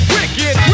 Wicked